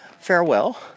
farewell